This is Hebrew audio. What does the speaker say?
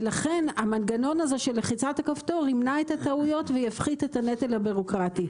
לכן המנגנון של לחיצת הכפתור ימנע את הטעויות ויפחית את הנטל הבירוקרטי.